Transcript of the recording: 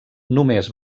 només